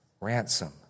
ransom